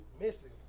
missing